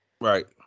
right